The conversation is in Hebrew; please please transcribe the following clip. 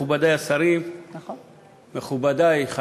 מכובדי השרים,